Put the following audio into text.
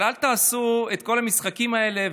אבל אל תעשו את כל המשחקים האלה,